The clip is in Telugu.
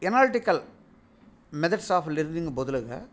ఎనాలిటికల్ మెథడ్స్ ఆఫ్ లెర్నింగ్ బదులుగా